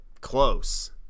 close